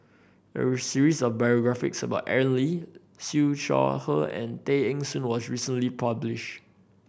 a series of biographies about Aaron Lee Siew Shaw Her and Tay Eng Soon was recently published